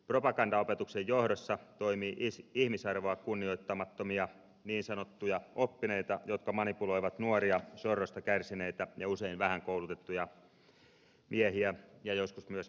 propagandaopetuksen johdossa toimii ihmisarvoa kunnioittamattomia niin sanottuja oppineita jotka manipuloivat nuoria sorrosta kärsineitä ja usein vähän koulutettuja miehiä ja joskus myös naisia